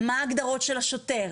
מהן ההגדרות של השוטר?